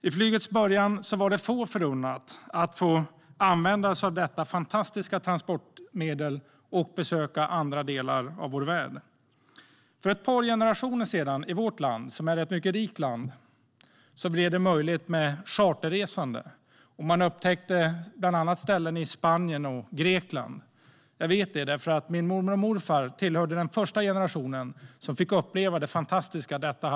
I flygets början var det få förunnat att få använda sig av detta fantastiska transportmedel och besöka andra delar av vår värld. För ett par generationer sedan började det i vårt land, som är ett mycket rikt land, bli möjligt med charterresande, och man upptäckte ställen i Spanien och Grekland. Jag vet detta eftersom min mormor och morfar hörde till den första generationen som fick uppleva det.